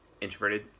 introverted